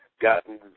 gotten